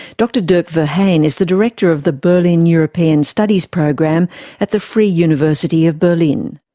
dr dirk verheyen is the director of the berlin european studies program at the free university of berlin.